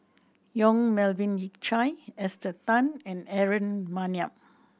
Yong Melvin Yik Chye Esther Tan and Aaron Maniam